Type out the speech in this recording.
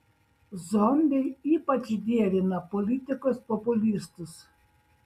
zombiai ypač dievina politikus populistus